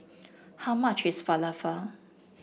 how much is Falafel